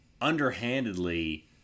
underhandedly